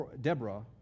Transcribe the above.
Deborah